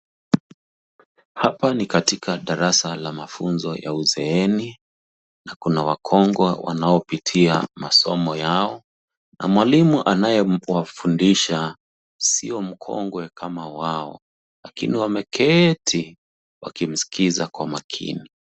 Hapa ni katika darasa la mafunzo ya uzeeni na kuna wakongwe wanaopitia masomo yao na mwalimu anayewafundisha si mkongwe kama wao lakini wameketi wakimskiza kwa makini.